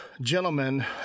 gentlemen